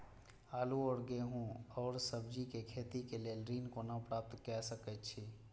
आलू और गेहूं और सब्जी के खेती के लेल ऋण कोना प्राप्त कय सकेत छी?